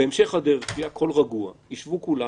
בהמשך הדרך, כשיהיה הכול רגוע, ישבו כולם